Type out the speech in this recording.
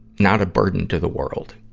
not a burden to the world.